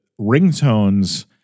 ringtones